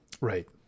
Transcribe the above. Right